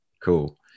Cool